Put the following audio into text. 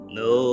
no